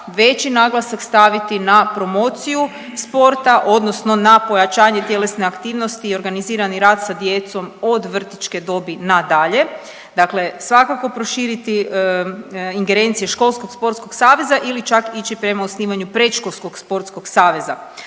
veći naglasak staviti na promociju sporta odnosno na pojačanje tjelesne aktivnosti i organizirani rad sa djecom od vrtićke dobi nadalje. Dakle, svakako proširiti ingerencije školskog sportskog saveza ili čak ići prema osnivanju predškolskog sportskog saveza.